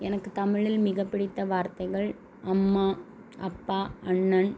எனக்கு தமிழில் மிகப்பிடித்த வார்த்தைகள் அம்மா அப்பா அண்ணன்